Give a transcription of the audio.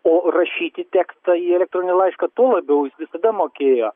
o rašyti tekstą į elektroninį laišką tuo labiau jis visada mokėjo